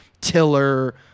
tiller